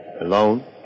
Alone